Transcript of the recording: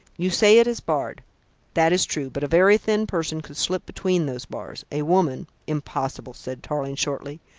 you say it is barred that is true, but a very thin person could slip between those bars. a woman impossible, said tarling shortly.